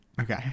Okay